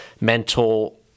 mental